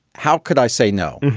how could i say no?